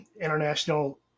International